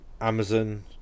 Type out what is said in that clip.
Amazon